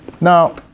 now